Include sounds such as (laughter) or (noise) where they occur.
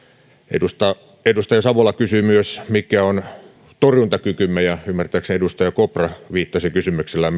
edustaja edustaja savola kysyi myös mikä on torjuntakykymme ja ymmärtääkseni myös edustaja kopra viittasi kysymyksellään (unintelligible)